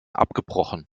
abgebrochen